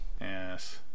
Yes